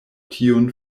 tiun